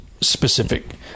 specific